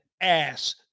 ass